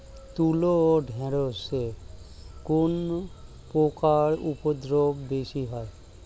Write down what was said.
তুলো ও ঢেঁড়সে কোন পোকার উপদ্রব বেশি হয়?